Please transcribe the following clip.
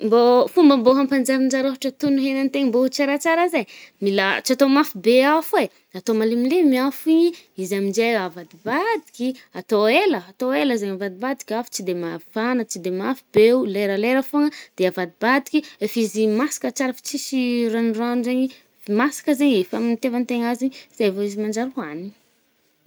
Mbô fomba mbô hampanjarinjary ôhatra togno hegna an-tegna mbô ho tsaratsara zay, mila tsy atô mafy be afo e, atô malemilemy afo i, izy aminje avadibadiky i, atô ela- atô ela zaigny vadibadika, afo tsy de mafana tsy de mafy beo lerlera fôgna, de avadibadiky. Refa izy masaka tsara fo tsisy ranorano zaigny, fo masaka zaigny e, efa amy itiàvantegna azy i, zay vô izy manjary hoanigny.